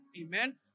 Amen